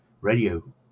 radio